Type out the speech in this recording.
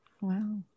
wow